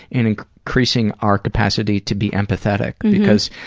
and increasing our capacity to be empathetic. because.